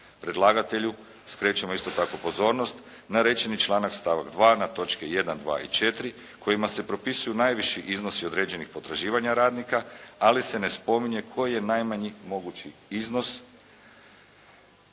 Predlagatelju skrećemo isto tako pozornost na rečeni članak, stavak 2. na točke 1., 2. i 4. kojima se propisuju najviši iznosi određenih potraživanja radnika, ali se ne spominje koji je najmanji mogući iznos